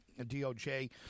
DOJ